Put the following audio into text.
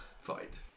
fight